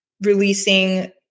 releasing